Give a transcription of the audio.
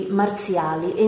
marziali